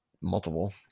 multiple